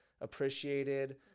appreciated